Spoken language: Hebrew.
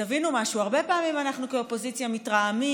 תבינו משהו: הרבה פעמים אנחנו כאופוזיציה מתרעמים,